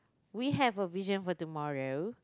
we have a vision for tomorrow